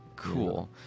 cool